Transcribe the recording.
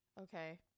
Okay